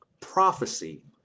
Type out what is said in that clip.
prophecy